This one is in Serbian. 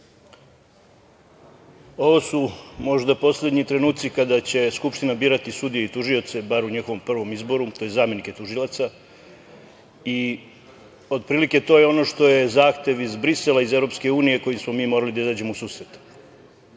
Ovo su možda poslednji trenuci kada će Skupština birati sudije i tužioce, bar u njihovom prvom izboru, tj. zamenike tužilaca. Otprilike to je ono što je zahtev iz Brisela, iz Evropske unije kojem smo mi morali da izađemo u susret.